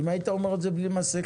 אם היית אומר את זה בלי מסכה,